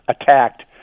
attacked